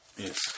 Yes